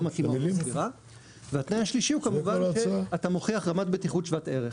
מתאימה --- והתנאי השלישי הוא כמובן שאתה מוכיח רמת בטיחות שוות ערך.